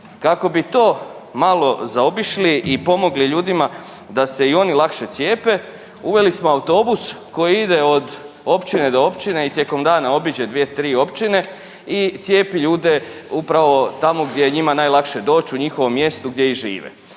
Kako bi to malo zaobišli i pomogli ljudima da se i oni lakše cijepe uveli smo autobus koji ide od općine do općine i tijekom dana obiđe 2-3 općine i cijepi ljude upravo tamo gdje je njima najlakše doći u njihovom mjestu gdje i žive.